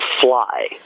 fly